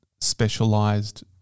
specialized